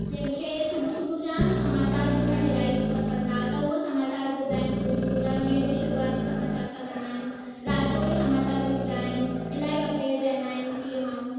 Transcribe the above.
जंहिंखे सुबुहु सुबुह जा समाचार ॿुधणु इलाही पसंदि आहे त हुअ समाचार ॿुधंदा आहिनि सुबुहु सुबुह जा ऐं ॾींहं जी शुरूआति समाचार सां कंदा आहिनि राति जो बि समाचार ॿुधंदा आहिनि इलाही अपडेट रहंदा आहिनि इहे माण्हू